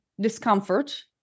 discomfort